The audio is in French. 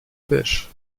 pêche